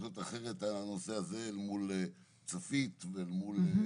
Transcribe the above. להיות אחרת בנושא הזה אל מול צפית ואל מול